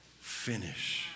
finish